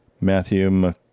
Matthew